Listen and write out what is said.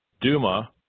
Duma